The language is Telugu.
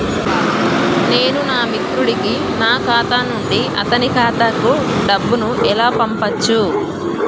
నేను నా మిత్రుడి కి నా ఖాతా నుండి అతని ఖాతా కు డబ్బు ను ఎలా పంపచ్చు?